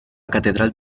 catedral